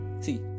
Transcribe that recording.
see